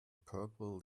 purple